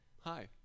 hi